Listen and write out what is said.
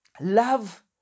Love